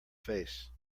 face